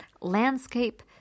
landscape